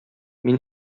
мин